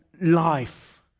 life